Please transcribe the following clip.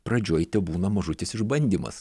pradžioj tebūna mažutis išbandymas